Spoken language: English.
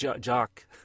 jock